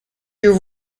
you